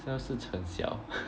什么是陈晓